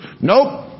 Nope